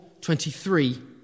23